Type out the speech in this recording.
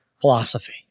philosophy